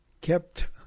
kept